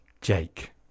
Jake